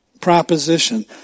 proposition